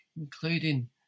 including